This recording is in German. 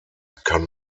kann